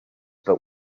but